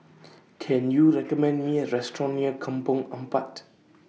Can YOU recommend Me A Restaurant near Kampong Ampat